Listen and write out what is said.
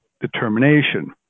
determination